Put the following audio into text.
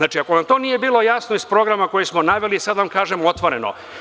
Ako vam to nije bilo jasno iz programa koje smo naveli, sad vam kažem otvoreno.